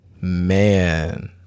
man